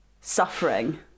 suffering